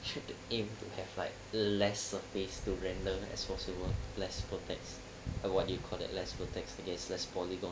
should aim to have like less surface to random as possible less protects of what you call that less protects against less polygon